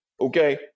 Okay